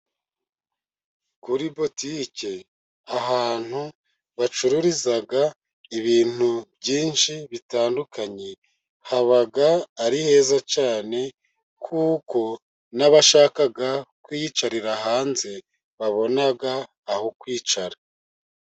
Kuri butike ahantu bacururiza ibintu byinshi bitandukanye, haba ari heza cyane, kuko n'abashaka kwiyicarira hanze babona aho kwicara.